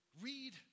Read